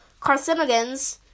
carcinogens